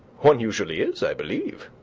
one usually is, i believe.